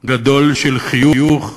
גדול של חיוך,